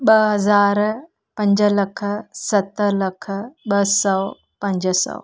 ॿ हज़ार पंज लख सत लख ॿ सौ पंज सौ